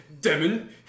Demon